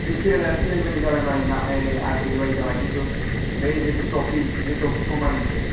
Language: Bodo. बे सिरियालयानो सिरियालबादि जाबाय माने ए आरटिकेल बायदि जाबाय बै जेथु थफिक बे थफिकखौ माने होनदों